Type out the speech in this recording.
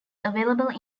available